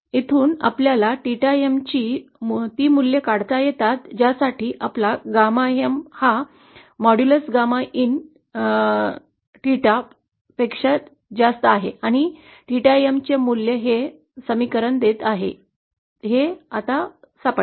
येथून आपल्याला 𝚹 M ची ती मूल्य काढता येतात ज्यासाठी आपल्याला γ M हा मोडेलस गामा इन theta पेक्षा जास्त आहे आणि 𝚹m चे ती मूल्य हे समीकरण देत आहे हे आता सापडले